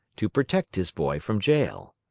to protect his boy from jail.